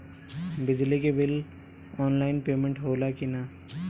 बिजली के bill online payment होला कि ना?